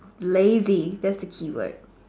lazy thats the keyword